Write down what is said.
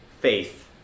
faith